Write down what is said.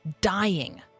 dying